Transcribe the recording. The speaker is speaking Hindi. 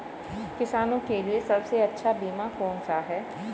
किसानों के लिए सबसे अच्छा बीमा कौन सा है?